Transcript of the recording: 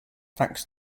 thanks